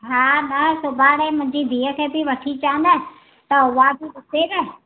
हा हा सुभाणे मुंहिंजी धीअ खे बि वठी अचां न त उहा बि ॾिसे न